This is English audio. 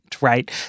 right